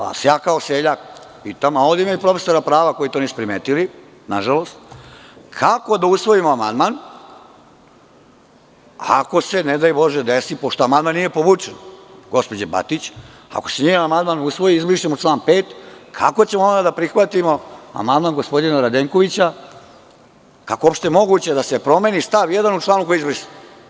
Ja vas sada kao seljak pitam, a ovde ima i profesora prava koji to nisu primetili, nažalost, kako da usvojimo amandman ako se desi, pošto amandman nije povučen, gospođe Batić, ako se njen amandman usvoji, izbrišemo član 5, kako ćemo da prihvatimo amandman gospodina Radenkovića, kako je uopšte moguće da se promeni stav 1. u članu koji je izbrisao?